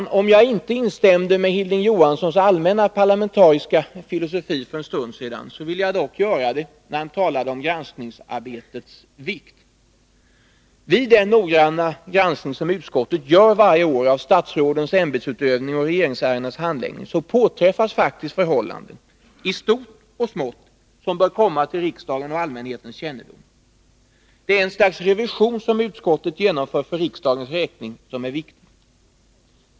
Även om jag för en stund sedan inte instämde i Hilding Johanssons allmänna parlamentariska filosofi, vill jag dock göra det när det gäller vad han sade om granskningsarbetets vikt. Vid den noggranna granskning som utskottet gör varje år av statsrådens ämbetsutövning och regeringsärendenas handläggning påträffas förhållanden, i stort och i smått, som bör komma till riksdagens och allmänhetens kännedom. Det är ett slags revision som utskottet genomför för riksdagens räkning, och den är viktig.